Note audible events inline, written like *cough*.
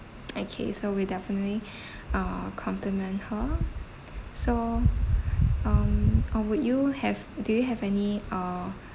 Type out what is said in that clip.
*noise* okay so we'll definitely *breath* uh compliment her so um or would you have do you have any uh